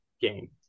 game